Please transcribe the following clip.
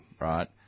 right